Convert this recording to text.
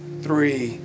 Three